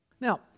Now